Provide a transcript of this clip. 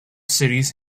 cities